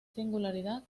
singularidad